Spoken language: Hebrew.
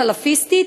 סלפיסטית,